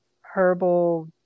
herbal